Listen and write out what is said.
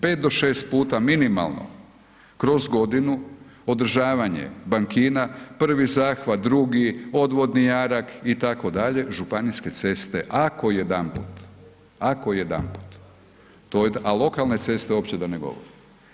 5 do 6 puta minimalno kroz godinu održavanje bankina, prvi zahvat, drugi, odvodni jarak itd., županijske ceste ako jedanput, ako jedanput a lokalne ceste uopće da ne govorim.